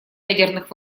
ядерных